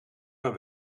per